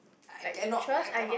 I cannot I cannot